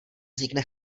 vznikne